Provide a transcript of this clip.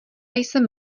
jsem